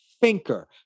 thinker